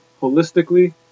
holistically